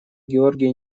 георгий